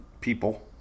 people